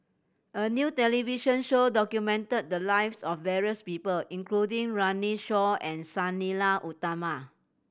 a new television show documented the lives of various people including Runme Shaw and Sang Nila Utama